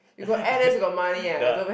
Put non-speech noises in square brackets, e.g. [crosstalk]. [laughs] the